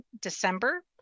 December